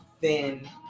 thin